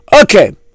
Okay